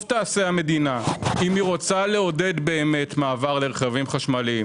טוב תעשה המדינה אם היא רוצה לעודד מעבר לרכבים חשמליים,